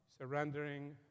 surrendering